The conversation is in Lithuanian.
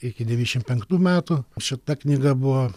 iki devyniašim penktų metų šita knyga buvo